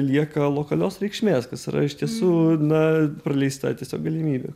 lieka lokalios reikšmės kas yra iš tiesų na praleista tiesiog galimybė